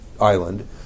island